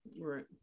right